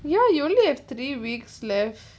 you know you only have three weeks left